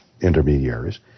intermediaries